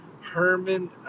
Herman